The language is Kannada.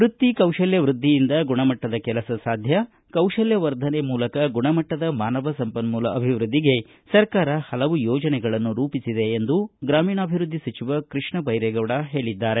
ವೃತ್ತಿ ಕೌಶಲ್ತ ವೃದ್ಧಿಯಿಂದ ಗುಣಮಟ್ಟದ ಕೆಲಸ ಸಾಧ್ಯ ಕೌಶಲ್ತವರ್ಧನೆ ಮೂಲಕ ಗುಣಮಟ್ಟದ ಮಾನವ ಸಂಪನ್ನೂಲ ಅಭಿವೃದ್ದಿಗೆ ಸರ್ಕಾರ ಹಲವು ಯೋಜನೆಗಳನ್ನು ರೂಪಿಸಿದೆ ಎಂದು ಗ್ರಾಮೀಣಾಭಿವೃದ್ದಿ ಸಚಿವ ಕೃಷ್ಣ ದೈರೇಗೌಡ ಹೇಳಿದ್ದಾರೆ